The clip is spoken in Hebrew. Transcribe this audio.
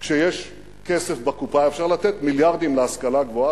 כשיש כסף בקופה אפשר לתת מיליארדים להשכלה גבוהה,